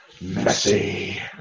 Messy